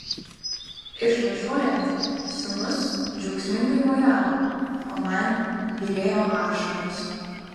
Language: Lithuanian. išvažiuojant sūnus džiaugsmingai mojavo o man byrėjo ašaros